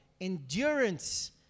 endurance